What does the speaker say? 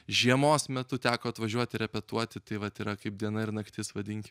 žiemos metu teko atvažiuoti repetuoti tai vat yra kaip diena ir naktis vadinki